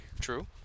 True